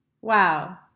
Wow